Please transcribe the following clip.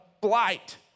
blight